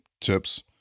Tips